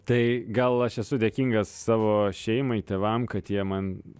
tai gal aš esu dėkingas savo šeimai tėvam kad jie man